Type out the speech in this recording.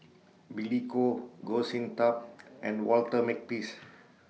Billy Koh Goh Sin Tub and Walter Makepeace